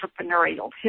entrepreneurial